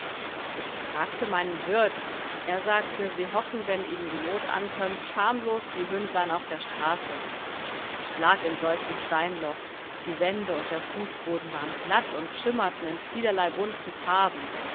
ich fragte meinen wirt er sagte sie hocken wenn ihnen die not ankömmt schamlos wie hündlein auf der straße ich lag in solchem steinloch die wände und der fußboden waren glatt und schimmerten in vielerlei bunten farben